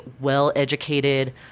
well-educated